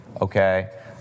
okay